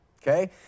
okay